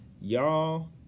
Y'all